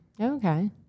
Okay